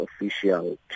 official